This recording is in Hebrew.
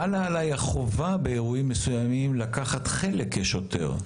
חלה עליי החובה באירועים מסוימים לקחת חלק כשוטר,